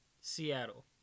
Seattle